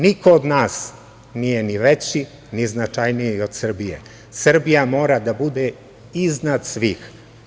Niko od nas nije ni veći, ni značajniji od Srbije, Srbija mora da bude iznad svih.